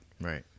Right